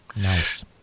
Nice